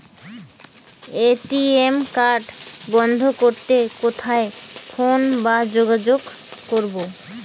ATM card বন্ধ করতে কোথায় ফোন বা যোগাযোগ করব?